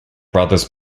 brothers